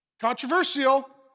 controversial